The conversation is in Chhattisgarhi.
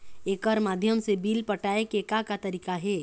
एकर माध्यम से बिल पटाए के का का तरीका हे?